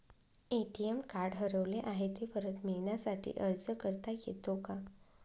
ATM card हरवले आहे, ते परत मिळण्यासाठी अर्ज करता येतो का?